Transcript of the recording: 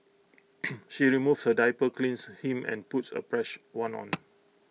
she removes her diaper cleans him and puts A fresh one on